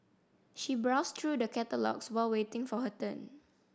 she browsed through the catalogues while waiting for her turn